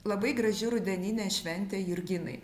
labai graži rudeninė šventė jurginai